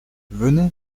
venez